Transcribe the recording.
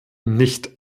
nicht